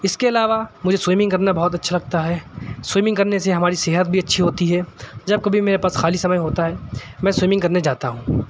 اس کے علاوہ مجھے سوئیمنگ کرنا بہت اچھا لگتا ہے سوئیمنگ کرنے سے ہماری صحت بھی اچھی ہوتی ہے جب کبھی میرے پاس خالی سمے ہوتا ہے میں سوئیمنگ کرنے جاتا ہوں